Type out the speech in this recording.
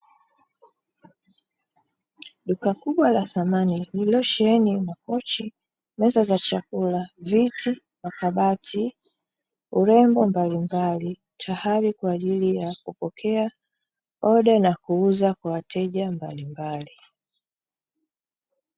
Duka kubwa la samani lililosheheni :makochi, meza za chakula, viti na makabati, urembo mbalimbali tayari kwa ajili ya kupokea oda na kuuza kwa wateja mbalimbali.